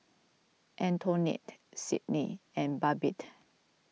Antonette Sydnie and Babette